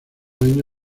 año